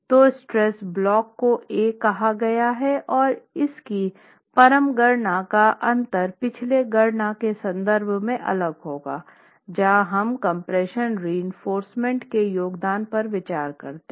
तोस्ट्रेस block को A कहा गया है और इसकी परम गणना का अंतर पिछले गणना के संबंध में अलग होगा जहां हम कम्प्रेशन रीइंफोर्स्मेंट के योगदान पर विचार करते हैं